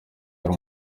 yari